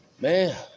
Man